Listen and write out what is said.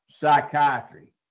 psychiatry